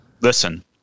Listen